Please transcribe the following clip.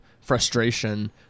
frustration